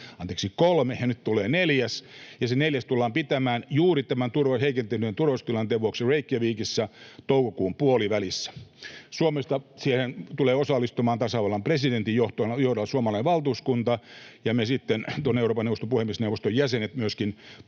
aikaisemmin, ja nyt tulee neljäs, ja se neljäs tullaan pitämään juuri tämän heikentyneen turvallisuustilanteen vuoksi Reykjavikissa toukokuun puolivälissä. Suomesta siihen tulee osallistumaan tasavallan presidentin johdolla Suomen valtuuskunta, ja myöskin me Euroopan neuvoston puhemiesneuvoston jäsenet tulemme